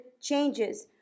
changes